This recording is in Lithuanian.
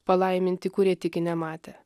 palaiminti kurie tiki nematę